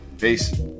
Peace